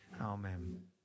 Amen